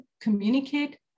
communicate